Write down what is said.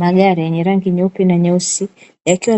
Magari yenye rangi nyeupe na nyeusi yakiwa